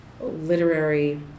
literary